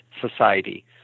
society